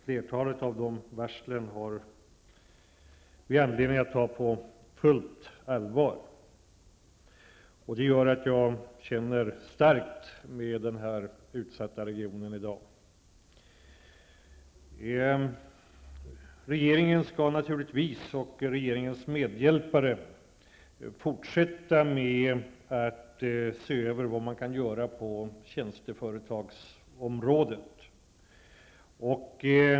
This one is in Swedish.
Flertalet av de varslen har vi anledning att ta på fullt allvar. Det gör att jag i dag känner starkt med denna utsatta region. Regeringen och dess medhjälpare skall naturligtvis fortsätta att se över vad man kan göra på tjänsteföretagsområdet.